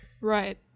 Right